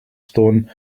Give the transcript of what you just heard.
stone